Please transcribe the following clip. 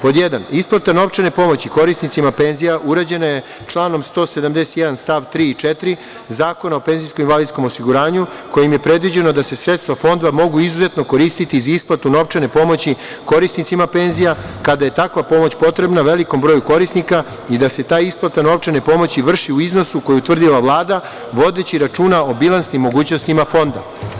Pod jedan, isplata novčane pomoći korisnicima penzija uređena je članom 171. stav 3. i 4. Zakona o PIO, kojim je predviđeno da se sredstva Fonda mogu izuzetno koristiti za isplatu novčane pomoći korisnicima penzija kada je takva pomoć potrebna velikom broju korisnika i da se ta isplata novčane pomoći vrši u iznosi koji je utvrdila Vlada, vodeći računa o bilansnim mogućnostima Fonda.